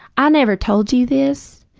i never told you this,